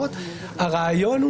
ולכן במובן הזה זה חל באותה מידה,